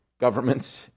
Governments